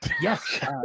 Yes